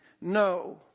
No